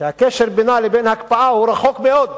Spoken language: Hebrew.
שהקשר בינה לבין הקפאה הוא רחוק מאוד.